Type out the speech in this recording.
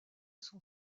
son